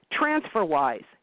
TransferWise